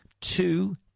two